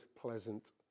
pleasant